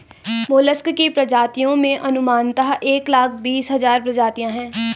mollusc की प्रजातियों में अनुमानतः एक लाख बीस हज़ार प्रजातियां है